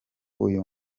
uyu